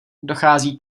dochází